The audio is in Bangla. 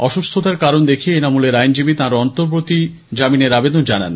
অসুস্থতার কারণ দেখিয়ে এনামূলের আইনজীবী তার অন্তবর্তী জামিনের আবেদন জানান